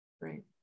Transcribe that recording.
right